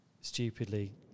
stupidly